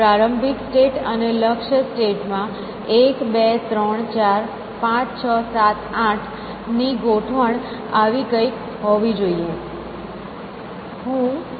પ્રારંભિક સ્ટેટ અને લક્ષ્ય સ્ટેટ માં 1 2 3 4 5 6 7 8 ની ગોઠવણ આવી કંઈક હોવી જોઈએ